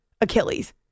Achilles